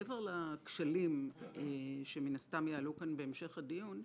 מעבר לכשלים שמן הסתם יעלו כאן בהמשך הדיון,